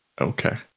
Okay